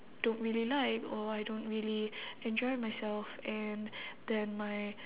don't really like or I don't really enjoy myself and then my